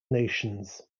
nations